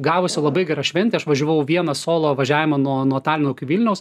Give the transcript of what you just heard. gavosi labai gera šventė aš važiavau vienas solo važiavimą nuo nuo talino iki vilniaus